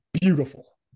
beautiful